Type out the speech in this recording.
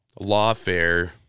lawfare